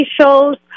shows